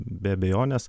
be abejonės